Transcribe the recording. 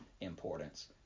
importance